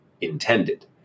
intended